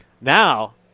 Now